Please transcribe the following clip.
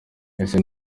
ese